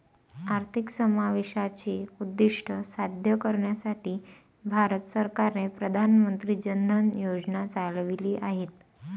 आर्थिक समावेशाचे उद्दीष्ट साध्य करण्यासाठी भारत सरकारने प्रधान मंत्री जन धन योजना चालविली आहेत